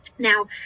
Now